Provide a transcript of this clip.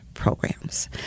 programs